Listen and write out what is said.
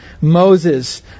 Moses